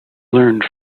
learned